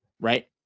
right